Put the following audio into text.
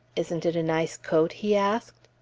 isn't it a nice coat? he asked.